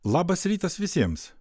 labas rytas visiems